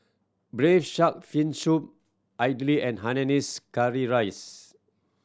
Braised Shark Fin Soup idly and Hainanese curry rice